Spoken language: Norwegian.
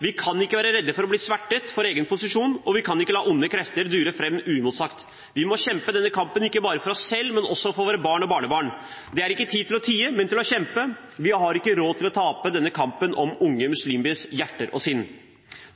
Vi kan ikke være redde for å bli svertet og for egen posisjon, og vi kan ikke la onde krefter dure fram uimotsagt. Vi må kjempe denne kampen ikke bare for oss selv, men også for våre barn og barnebarn. Det er ikke tid til å tie, men til å kjempe. Vi har ikke råd til å tape denne kampen om unge muslimers hjerter og sinn.